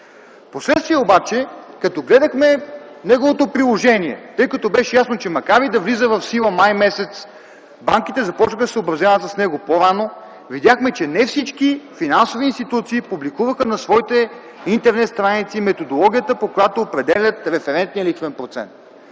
Впоследствие обаче като гледахме неговото приложение, тъй като беше ясно, че макар и да влиза в сила м. май т.г., банките започнаха да се съобразяват с него по-рано, видяхме, че не всички финансови институции публикуваха на своите интернет страници методологията, по която определят референтния лихвен процент.